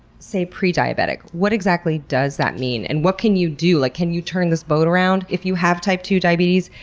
say, pre-diabetic, what exactly does that mean and what can you do? like can you turn this boat around? if you have type two diabetes,